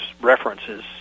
references